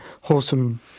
wholesome